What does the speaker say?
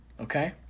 Okay